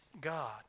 God